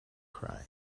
cry